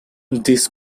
this